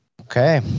okay